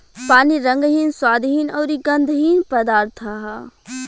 पानी रंगहीन, स्वादहीन अउरी गंधहीन पदार्थ ह